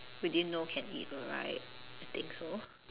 we didn't know can eat [one] right I think so